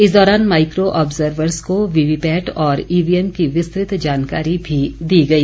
इस दौरान micro observers को वीवीपैट और ईवीएम की विस्तृत जानकारी भी दी गई